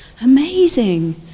amazing